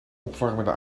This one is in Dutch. opwarmende